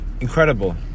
incredible